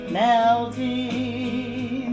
melting